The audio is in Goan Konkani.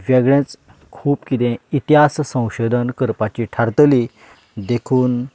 वेगळेंच खूप किदें इतिहास संशोधन करपाची थारतली देखून